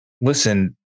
listen